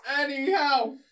Anyhow